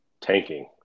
tanking